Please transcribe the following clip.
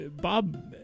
Bob